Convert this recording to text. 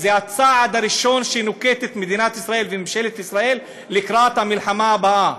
זה הצעד הראשון שנוקטת מדינת ישראל וממשלת ישראל לקראת המלחמה הבאה.